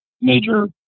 Major